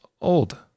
old